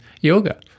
yoga